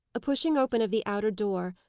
a pushing open of the outer door,